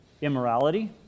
immorality